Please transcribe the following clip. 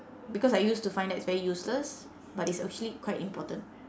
because I used to find that it's very useless but it's actually quite important